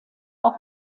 auch